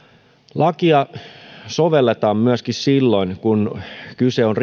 lakia sovelletaan myöskin silloin kun kyse on